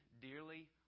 dearly